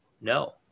No